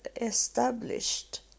Established